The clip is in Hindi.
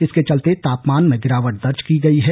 इसके चलते तापमान में गिरावट दर्ज की गई है